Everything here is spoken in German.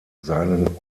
seinen